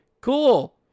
cool